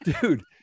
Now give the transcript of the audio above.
dude